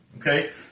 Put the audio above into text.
Okay